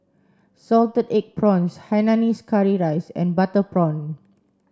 salted egg prawns Hainanese curry rice and butter prawn